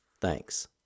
Thanks